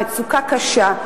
במצוקה קשה,